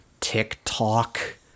TikTok